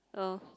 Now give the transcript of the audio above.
oh